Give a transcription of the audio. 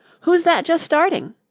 who's that just starting?